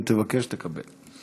אם תבקש, תקבל.